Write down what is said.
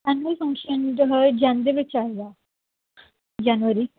annual function ਦੇ ਹੈ ਜੈਨ ਦੇ ਵਿੱਚ ਆਏਗਾ ਜਨਵਰੀ